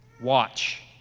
watch